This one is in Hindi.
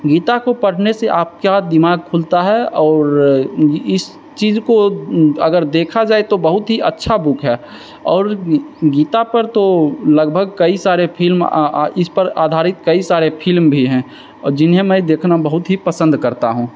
गीता को पढ़ने से आपका दिमाग़ खुलता है और इस चीज़ को अगर देखा जाए तो बहुत ही अच्छा बूक है और गीता पर तो लगभग कई सारे फील्म इस पर आधारित कई सारे फील्म भी हैं जिन्हें मैं देखना बहुत ही पसंद करता हूँ